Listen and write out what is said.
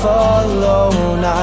alone